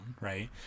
right